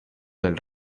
del